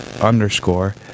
underscore